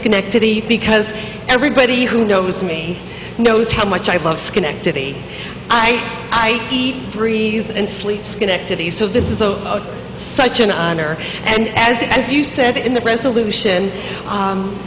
schenectady because everybody who knows me knows how much i love schenectady i i eat breathe and sleep schenectady so this is such an honor and as as you said in the resolution